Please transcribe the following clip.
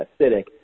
acidic